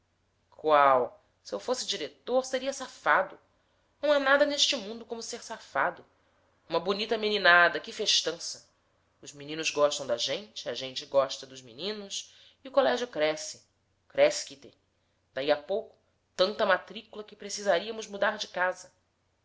eu se fosse diretor seria safado não há nada neste mundo como ser safado uma bonita meninada que festança os meninos gostam da gente a gente gosta dos meninos e o colégio cresce crescite daí a pouco tanta matricula que precisaríamos mudar de casa